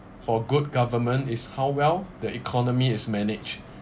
for good government is how well the economy is managed